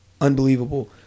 unbelievable